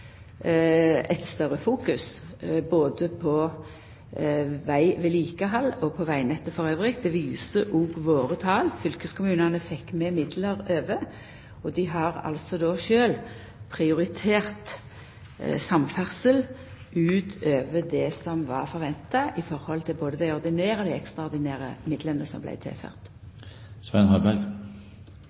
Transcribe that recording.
eit større fokus både på vegvedlikehald og på vegnettet elles. Det viser òg tala våre: Fylkeskommunane fekk med midlar over, og dei har altså sjølve prioritert samferdsel utover det som var forventa i forhold til både dei ordinære og dei ekstraordinære midlane som